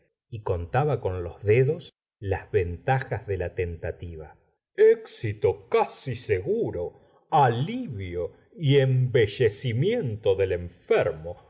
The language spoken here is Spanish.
y contaba con los dedos las ventajas de la tentativa éxito casi seguro alivio y embelle cimiento del enfermo